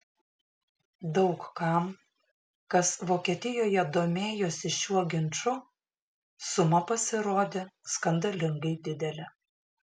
daug kam kas vokietijoje domėjosi šiuo ginču suma pasirodė skandalingai didelė